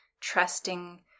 trusting